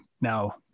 now